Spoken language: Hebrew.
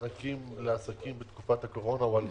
מענקים לעסקים בתקופת הקורונה או הלוואות בתקופות הקורונה לבין הפטקא.